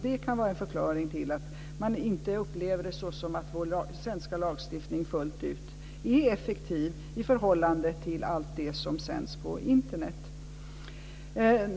Det kan vara en förklaring till att man inte upplever det som att vår svenska lagstiftning fullt ut är effektiv i förhållande till allt det som sänds på Internet.